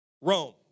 Rome